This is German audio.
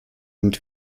damit